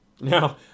Now